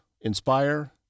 inspire